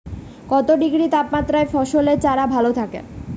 কত ডিগ্রি তাপমাত্রায় ফসলের চারা ভালো থাকে?